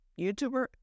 youtuber